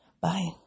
Bye